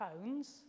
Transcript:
phones